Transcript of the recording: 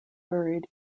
buried